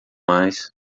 mais